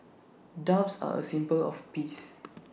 doves are A symbol of peace